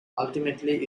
ultimately